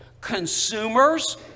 Consumers